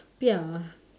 ya